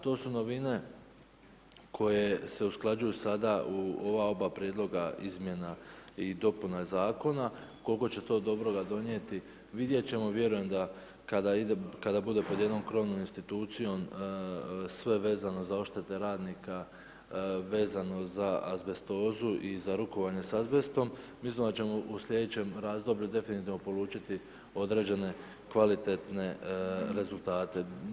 To su novine koje se usklađuju sada u ova oba prijedloga izmjena i dopuna zakona, koliko će to dobroga donijeti, vidjet ćemo, vjerujem da kada bude pod jednom krovnom institucijom sve vezano za odštete radnika vezano za azbestozu i za rukovanje s azbestom, mislim da ćemo u sljedećem razdoblju definitivno polučiti određene kvalitetne rezultate.